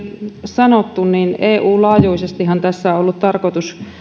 sanottu eu laajuisestihan tässä on ollut tarkoitus